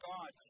God